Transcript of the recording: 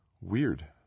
Weird